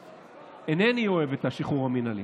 אינני אוהב את השחרור המינהלי.